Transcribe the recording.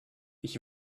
ich